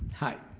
hi.